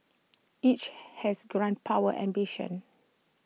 each has grand power ambitions